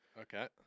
okay